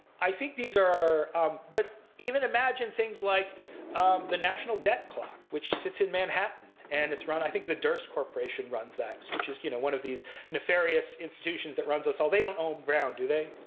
i think these are but even imagine things like the national debt clock, which sits in manhattan. and it's run i think the durst corporation runs that, which is you know one of these nefarious institutions that runs us all. they don't own brown, do they?